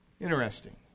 Interesting